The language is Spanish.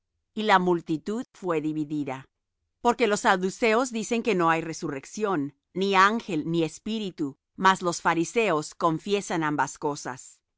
y la multitud fué dividida porque los saduceos dicen que no hay resurrección ni ángel ni espíritu mas los fariseos confiesan ambas cosas